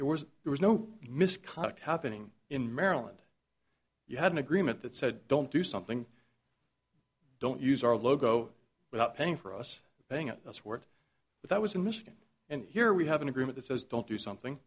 it was there was no misconduct happening in maryland you had an agreement that said don't do something don't use our logo without paying for us paying it that's work that was in michigan and here we have an agreement that says don't do something